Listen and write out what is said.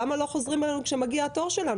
למה לא חוזרים אלינו כשמגיע התור שלנו,